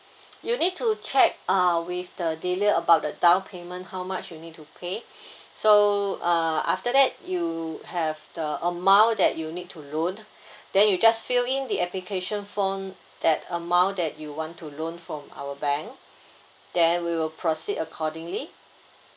you need to check uh with the dealer about the down payment how much you need to pay so uh after that you have the amount that you need to loan then you just fill in the application form that amount that you want to loan from our bank then we will proceed accordingly